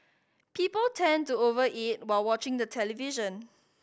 people tend to over eat while watching the television